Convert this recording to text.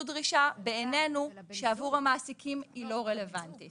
זאת דרישה שבעינינו שהיא לא רלוונטית עבור המעסיקים.